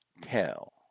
tell